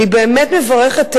אני באמת מברכת,